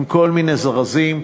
עם כל מיני זרזים,